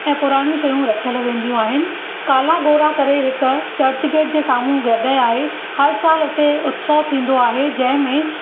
ऐं पुराणियूं शयूं रखियलु वेंदियूं आहिनि काला गोरा करे हिकु चर्च गेट जे साम्हू जॻह आहे हर सालु हुते उत्सवु थींदो आहे जंहिंमें